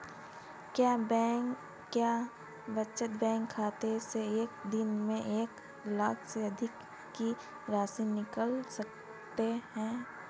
क्या बचत बैंक खाते से एक दिन में एक लाख से अधिक की राशि निकाल सकते हैं?